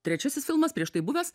trečiasis filmas prieš tai buvęs